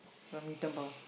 mutant power